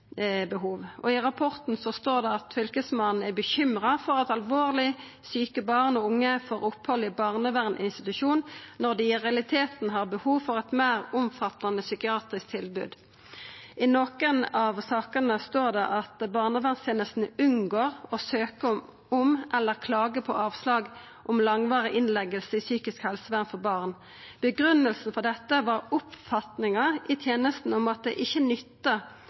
Og i rapporten står det at Fylkesmannen «er bekymret for at alvorlig syke barn og unge får opphold på barnevernsinstitusjoner når de i realiteten har behov for et mer omfattende psykiatrisk tilbud». Vidare står det: «I noen av sakene unnlot barnevernstjenestene å søke om eller å klage på avslag om langvarige innleggelser i psykisk helsevern for barna. Begrunnelsene for dette var oppfatninger i tjenestene om at det ikke